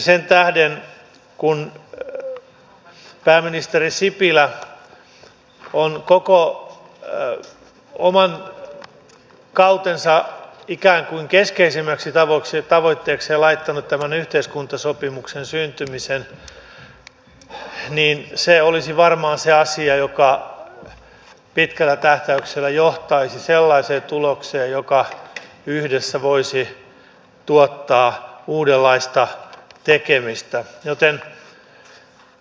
sen tähden kun pääministeri sipilä on koko oman kautensa ikään kuin keskeisimmäksi tavoitteeksi laittanut tämän yhteiskuntasopimuksen syntymisen niin se olisi varmaan se asia joka pitkällä tähtäyksellä johtaisi sellaiseen tulokseen joka yhdessä voisi tuottaa uudenlaista tekemistä joten